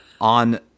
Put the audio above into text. on